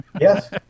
Yes